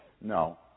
No